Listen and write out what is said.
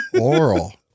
Oral